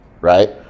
right